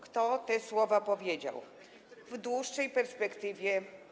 Kto te słowa powiedział: W dłuższej perspektywie.